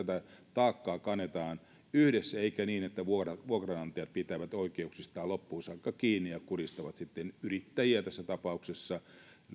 taakkaa kannetaan yhdessä eikä ole niin että vuokranantajat pitävät oikeuksistaan loppuun saakka kiinni ja kurjistavat sitten yrittäjiä tässä tapauksessa